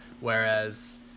Whereas